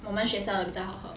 我们学校的比较好喝